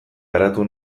garatu